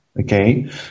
okay